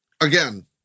again